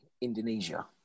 Indonesia